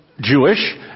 Jewish